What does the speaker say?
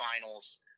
finals